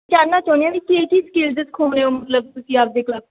ਜਾਣਨਾ ਚਾਹੁੰਦੀ ਹਾਂ ਵਈ ਕੀ ਕੀ ਸਕਿੱਲਜ਼ ਸਿਖਾਉਂਦੇ ਹੋ ਮਤਲਬ ਤੁਸੀਂ ਆਪਦੇ ਕਲੱਬ 'ਚ